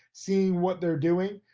seeing what they're doing.